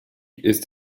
ist